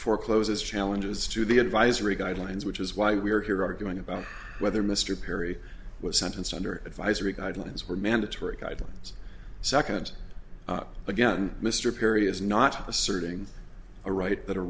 forecloses challenges to the advisory guidelines which is why we are here arguing about whether mr perry was sentenced under advisory guidelines were mandatory guidelines second again mr perry is not asserting a right that a